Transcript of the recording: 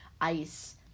ice